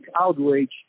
outrage